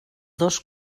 dos